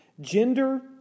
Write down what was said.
Gender